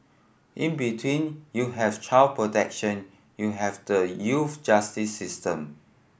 in between you have child protection you have the youth justice system